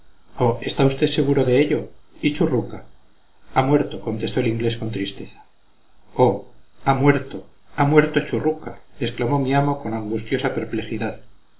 está usted seguro de ello y churruca ha muerto contestó el inglés con tristeza oh ha muerto ha muerto churruca exclamó mi amo con angustiosa perplejidad